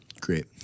Great